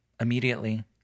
Immediately